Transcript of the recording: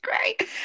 great